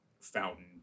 fountain